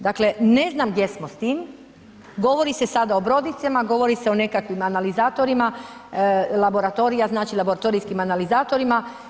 Dakle ne znam gdje smo s tim, govori se sada o brodicama, govori se o nekakvim analizatorima, laboratorija, znači laboratorijskim analizatorima.